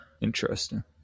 Interesting